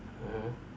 mm